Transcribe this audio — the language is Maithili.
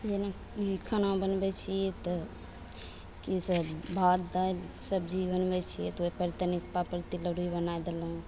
जेना खाना बनबय छियै तऽ कि सब भात दालि सब्जी बनबय छियै तऽ ओइपर तनिक पापड़ तिलौरी बनाय देलहुँ